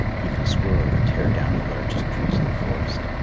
even squirrel could tear down the largest trees in the forest.